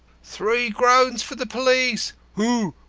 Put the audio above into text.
three groans for the police! hoo!